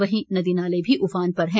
वहीं नदी नाले भी उफान पर है